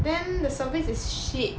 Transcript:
then the service is shit